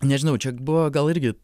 nežinau čia buvo gal irgi